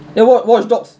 then what watchdogs